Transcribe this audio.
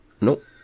Nope